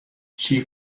she